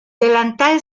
delantal